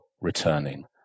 returning